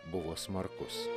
buvo smarkus